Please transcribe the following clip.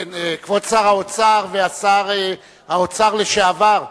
כבוד שר האוצר ושר האוצר לשעבר,